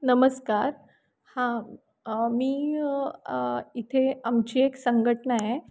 नमस्कार हां मी इथे आमची एक संघटना आहे